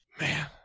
Man